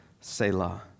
Selah